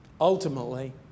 ultimately